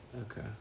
Okay